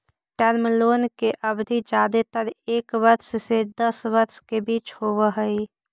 term loan के अवधि जादेतर एक वर्ष से दस वर्ष के बीच होवऽ हई